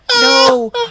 No